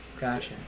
Gotcha